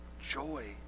joy